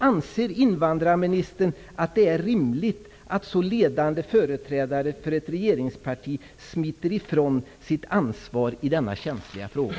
Anser invandrarministern att det är rimligt att så ledande företrädare för ett regeringsparti smiter ifrån sitt ansvar i denna känsliga fråga?